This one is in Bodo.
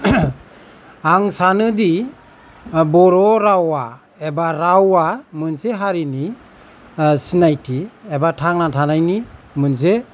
आं सानो दि बर' राव एबा रावा मोनसे हारिनि सिनायथि एबा थांना थानायनि मोनसे